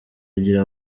agira